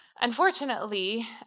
unfortunately